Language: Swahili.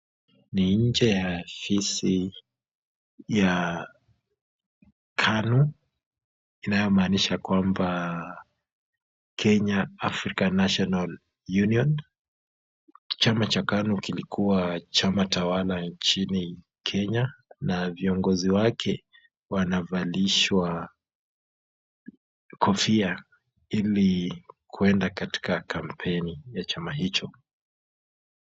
Ni nje ya afisi ya KANU inayomaanisha kwamba Kenya Afrika National Union, chama cha KANU kilikua chama tawala nchini kenya, na viongozi wake wanavalishwa kofia ili kuenda katika kampeni ya chama hicho.